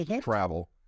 travel